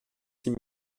six